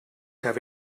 have